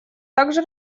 также